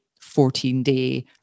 14-day